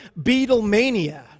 Beatlemania